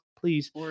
please